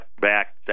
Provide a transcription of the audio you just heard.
back